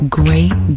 great